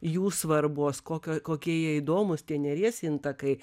jų svarbos kokio kokie jie įdomūs tie neries intakai